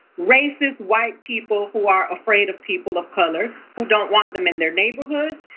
racist white people who are afraid of people of color, who don't want them in their neighborhoods.